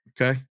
Okay